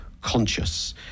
conscious